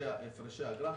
הפרשי האגרה.